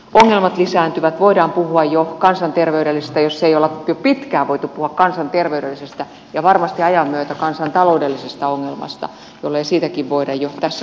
ongelmat lisääntyvät voidaan puhua jo kansanterveydellisestä jos ei ole jo pitkään voitu puhua kansanterveydellisestä ja varmasti ajan myötä kansantaloudellisesta ongelmasta jollei siitäkin voida jo tässä kohtaa puhua